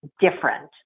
different